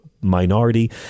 minority